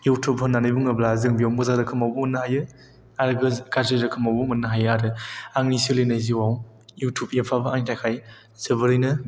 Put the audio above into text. YouTube होननानै बुङोब्ला जों बेयाव मोजां रोखोमावबो मोननो हायो आरो गाज्रि रोखोमावबो मोननो हायो आंनि सोलिनाय जिउआव युटुब एप आबो आंनि थाखाय जोबोरैनो